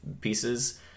pieces